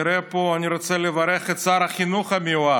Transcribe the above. אני רואה פה, אני רוצה לברך את שר החינוך המיועד